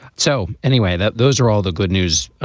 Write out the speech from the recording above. so anyway, that those are all the good news